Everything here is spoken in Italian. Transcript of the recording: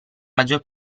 maggior